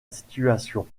situation